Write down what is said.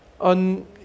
on